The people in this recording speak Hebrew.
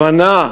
הבנה,